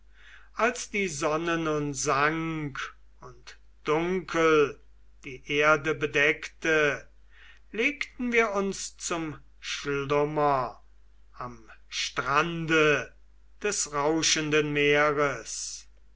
als die sonne nun sank und dunkel die erde bedeckte legten wir uns zum schlummer am strande des rauschenden meeres